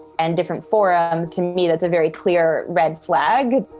and different forums, to me that's a very clear red flag.